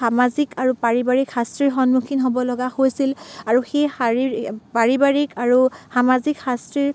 সামাজিক আৰু পাৰিবাৰিক শাস্তিৰ সন্মুখীন হ'ব লগা হৈছিল আৰু সেই শাৰীৰি পাৰিবাৰিক আৰু সামাজিক শাস্তিৰ